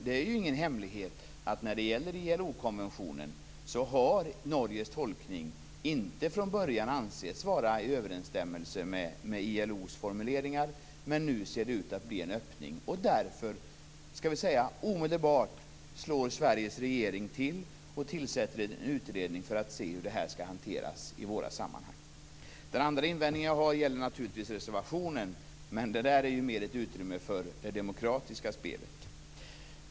Det är ingen hemlighet att Norges tolkning av ILO konventionen från början inte har ansetts vara i överensstämmelse med ILO:s formuleringar. Men nu ser det ut att bli en öppning. Därför slår Sveriges regering omedelbart till och tillsätter en utredning för att se hur det här skall hanteras i våra sammanhang. Den andra invändningen jag har gäller naturligtvis reservationen. Men det är mer ett utrymme för det demokratiska spelet.